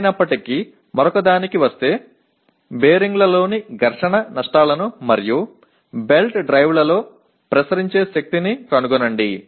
ఏమైనప్పటికీ మరొకదానికి వస్తే బేరింగ్లలోని ఘర్షణ నష్టాలను మరియు బెల్ట్ డ్రైవ్లలో ప్రసరించే శక్తిని కనుగొనండి